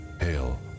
Hail